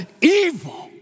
evil